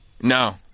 No